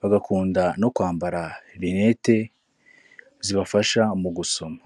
bagakunda no kwambara rinete zibafasha mu gusoma.